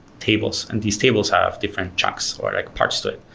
tables and these tables have different chunks or like parts to it.